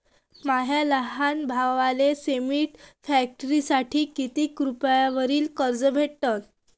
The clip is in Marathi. माया लहान भावाले सिमेंट फॅक्टरीसाठी कितीक रुपयावरी कर्ज भेटनं?